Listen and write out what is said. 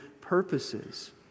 purposes